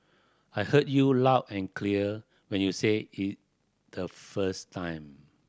I heard you loud and clear when you said it the first time